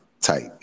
type